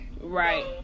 right